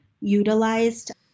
utilized